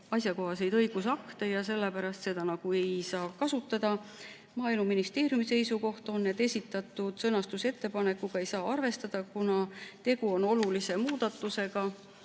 asjakohaseid õigusakte ja sellepärast seda ei saa kasutada. Maaeluministeeriumi seisukoht on, et esitatud sõnastusettepanekuga ei saa arvestada, kuna tegu on olulise muudatusega,